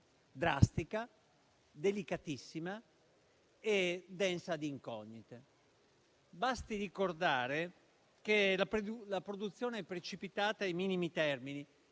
drastica, delicatissima e densa di incognite. Basti ricordare che la produzione è precipitata ai minimi termini: